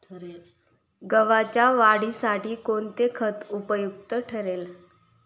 गव्हाच्या वाढीसाठी कोणते खत उपयुक्त ठरेल?